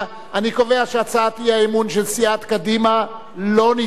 אני קובע שהצעת האי-אמון של סיעת קדימה לא נתקבלה.